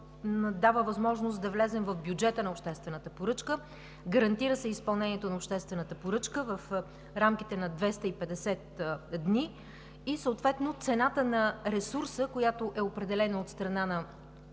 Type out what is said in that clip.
дава възможност да влезем в бюджета на обществената поръчка, гарантира се изпълнението на обществената поръчка в рамките на 250 дни и цената на ресурса, определена от страна на